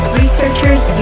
researchers